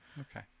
Okay